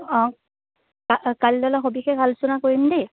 অঁ কাইললৈ সবিশেষ আলোচনা কৰিম দেই